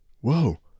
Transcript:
Whoa